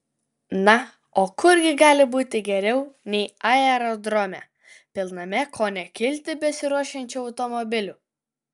na o kur gi gali būti geriau nei aerodrome pilname ko ne kilti besiruošiančių automobilių